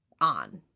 on